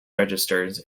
registers